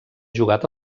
jugat